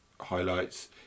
highlights